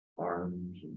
Arms